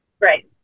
Right